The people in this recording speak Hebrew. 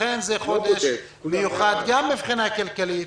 לכן זה חודש מיוחד גם מבחינה כלכלית,